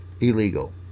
illegal